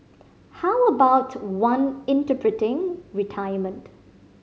how about one interpreting retirement